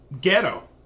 ghetto